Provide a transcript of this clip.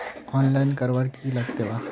Online करवार की लगते वा?